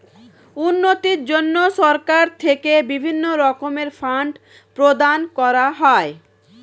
উন্নতির জন্য সরকার থেকে বিভিন্ন রকমের ফান্ড প্রদান করা হয়